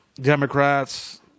Democrats